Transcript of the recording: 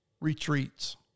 retreats